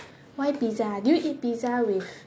why pizza do you eat pizza with